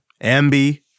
Ambi